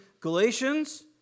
Galatians